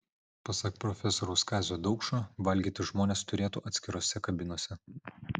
pasak profesoriaus kazio daukšo valgyti žmonės turėtų atskirose kabinose